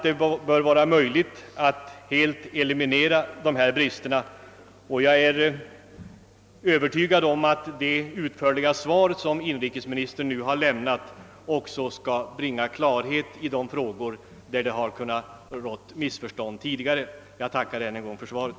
Det bör vara möjligt att helt eliminera de bristerna, och jag är övertygad om att det utförliga svar som inrikesministern nu har lämnat också kommer att bringa klarhet i frågor där det har kunnat råda missförstånd tidigare. Jag tackar än en gång för svaret.